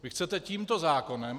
Vy chcete tímto zákonem...